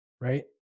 right